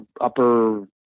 upper